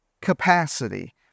capacity